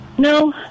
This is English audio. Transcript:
No